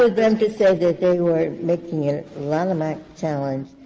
ah them to say they were making a lanham act challenge.